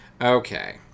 Okay